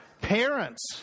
Parents